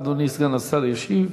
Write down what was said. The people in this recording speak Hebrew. אדוני סגן השר ישיב.